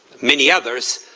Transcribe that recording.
many others,